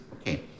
Okay